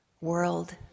world